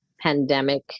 pandemic